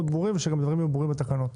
ברורים ושגם הדברים יהיו ברורים בתקנות.